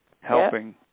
Helping